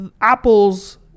Apple's